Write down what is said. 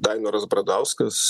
dainoras bradauskas